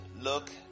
look